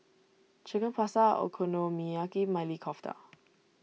Chicken Pasta Okonomiyaki Maili Kofta